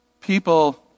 people